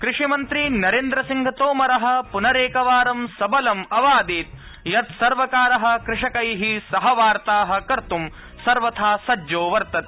कृषिमन्त्री नरेन्द्रसिंहतोमर पुनरेकवारं सबलं अवादीत् यत् सर्वकार कृषकै सह वार्ता कर्तुं सर्वथा सज्जो वर्तते